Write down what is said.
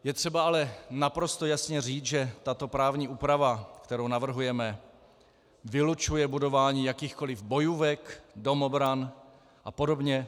Je třeba ale naprosto jasně říct, že tato právní úprava, kterou navrhujeme, vylučuje budování jakýchkoliv bojůvek, domobran apod.